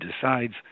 decides